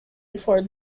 before